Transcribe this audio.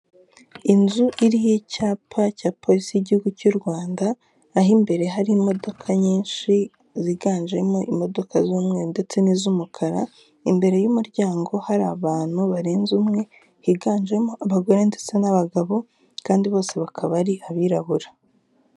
Inzu iriho icyapa cya polisi y'igihugu cy'u Rwanda, aho imbere hari imodoka nyinshi ziganjemo imodoka z'umweru ndetse n'izumukara, imbere y'umuryango hari abantu barenze umwe, higanjemo abagore ndetse n'abagabo kandi bose bakaba ari abirabura.